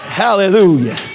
Hallelujah